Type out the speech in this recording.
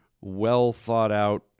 well-thought-out